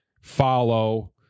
follow